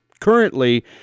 currently